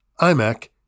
iMac